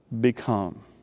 become